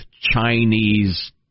Chinese